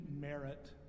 merit